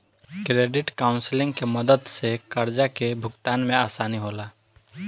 credit counselling के मदद से कर्जा के भुगतान में आसानी होला